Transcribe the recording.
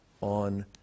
on